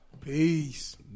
peace